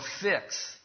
fix